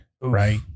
right